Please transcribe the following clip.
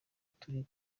turi